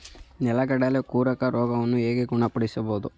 ನೆಲಗಡಲೆ ಕೊರಕ ರೋಗವನ್ನು ಹೇಗೆ ಗುಣಪಡಿಸಬಹುದು?